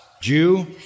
Jew